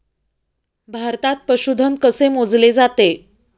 भारतात पशुधन कसे मोजले जाते?